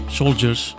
soldiers